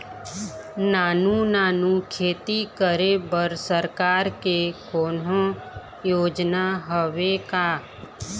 नानू नानू खेती करे बर सरकार के कोन्हो योजना हावे का?